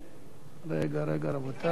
רגע, רגע, רבותי.